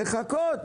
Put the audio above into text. לחכות.